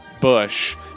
bush